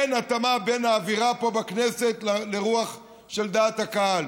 אין התאמה בין האווירה פה בכנסת לרוח של דעת הקהל.